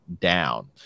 down